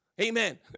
Amen